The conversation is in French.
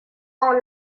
ont